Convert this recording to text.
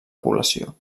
població